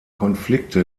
konflikte